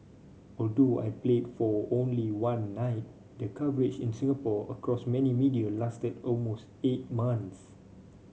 although I played for only one night the coverage in Singapore across many media lasted almost eight month